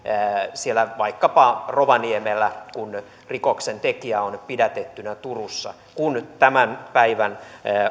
vaikkapa rovaniemellä kun rikoksentekijä on pidätettynä turussa kun tämän päivän